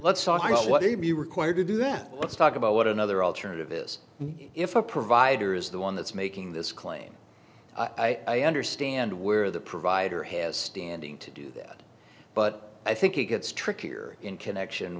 let's talk about what may be required to do that let's talk about what another alternative is if a provider is the one that's making this claim i understand where the provider has standing to do that but i think it gets trickier in connection